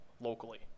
locally